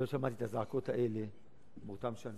ולא שמעתי את הזעקות האלה באותן שנים,